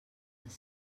les